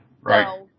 Right